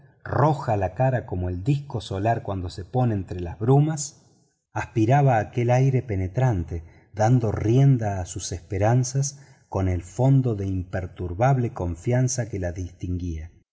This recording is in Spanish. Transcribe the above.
roja la cara como el disco solar cuando se pone entre brumas aspiraba aquel aire penetrante dando rienda a sus esperanzas con el fondo de imperturbable confianza que las distinguía